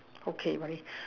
okay very